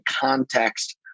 context